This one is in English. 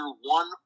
one